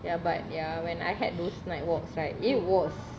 ya but ya when I had those night walks right it was